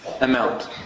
amount